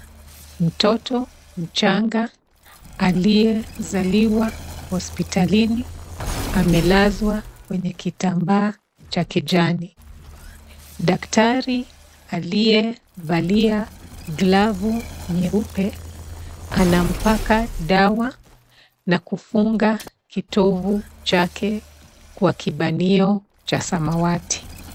mtoto mchanga aliyezaliwa hospitalini amelazwa kwenye kitamba cha kijani, daktari aliyevalia glovu nyeupe anampaka dawa na kufunga kitovu chake kwa kibanio cha samawati.